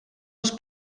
els